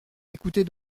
écoutez